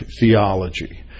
theology